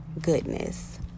goodness